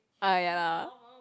ah ya lah